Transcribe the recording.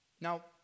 Now